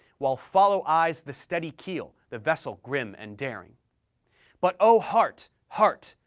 while follow eyes the steady keel, the vessel grim and daring but o heart! heart!